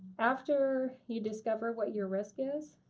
after you discover what your risk is,